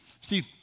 See